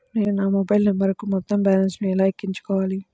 నేను నా మొబైల్ నంబరుకు మొత్తం బాలన్స్ ను ఎలా ఎక్కించుకోవాలి?